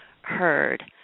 heard